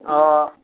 অঁ